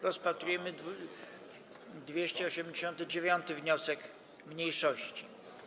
Rozpatrujemy 289. wniosek mniejszości.